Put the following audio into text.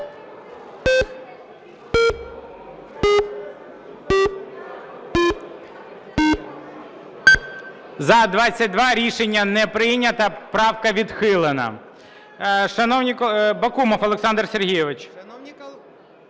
За-22 Рішення не прийнято. Правка відхилена.